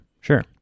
sure